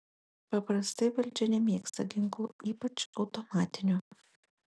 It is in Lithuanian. paprastai valdžia nemėgsta ginklų ypač automatinių